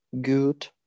good